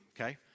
okay